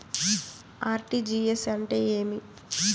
RTGS అంటే ఏమి?